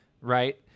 right